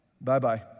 Bye-bye